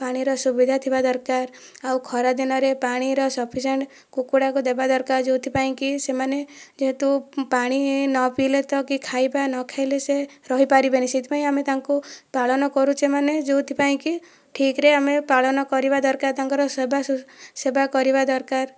ପାଣିର ସୁବିଧା ଥିବା ଦରକାର ଆଉ ଖରା ଦିନରେ ପାଣିର ସଫିସିଏଣ୍ଟ କୁକୁଡ଼ାକୁ ଦେବା ଦରକାର ଯେଉଁଥି ପାଇଁ କି ସେମାନେ ଯେହେତୁ ପାଣି ନ ପିଇଲେ ତ କି ଖାଇବା ନ ଖାଇଲେ ସେ ରହି ପାରିବେନି ସେଥିପାଇଁ ଆମେ ତାଙ୍କୁ ପାଳନ କରୁଛେ ମାନେ ଯେଉଁଥି ପାଇଁ କି ଠିକରେ ଆମେ ପାଳନ କରିବା ଦରକାର ତାଙ୍କର ସେବା ସେବା କରିବା ଦରକାର